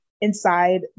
inside